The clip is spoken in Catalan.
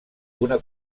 una